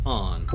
on